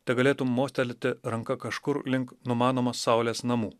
tegalėtum mostelėti ranka kažkur link numanomos saulės namų